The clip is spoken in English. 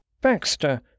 Baxter